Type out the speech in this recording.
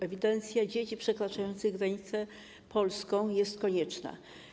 Ewidencja dzieci przekraczających granicę polską jest konieczna.